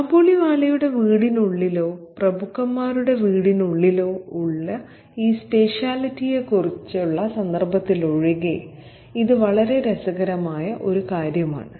കാബൂളിവാലയുടെ വീടിനുള്ളിലോ പ്രഭുക്കന്മാരുടെ വീടിനുള്ളിലോ ഉള്ള ഈ സ്പേഷ്യലിറ്റിയെക്കുറിച്ചുള്ള സന്ദർഭത്തിലൊഴികെ ഇത് വളരെ രസകരമായ ഒരു കാര്യമാണ്